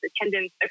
attendance